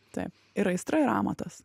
taip ir aistra ir amatas